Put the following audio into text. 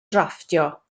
drafftio